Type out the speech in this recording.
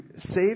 save